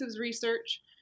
Research